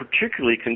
particularly